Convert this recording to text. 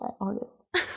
August